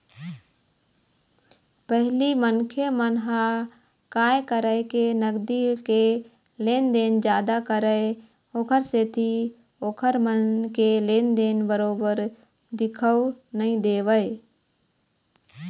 पहिली मनखे मन ह काय करय के नगदी के लेन देन जादा करय ओखर सेती ओखर मन के लेन देन बरोबर दिखउ नइ देवय